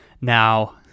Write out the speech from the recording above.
Now